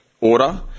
order